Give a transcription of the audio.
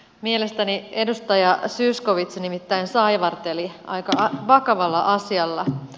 mielestäni edustaja zyskowicz nimittäin saivarteli aika vakavalla asialla